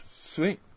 Sweet